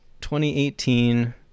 2018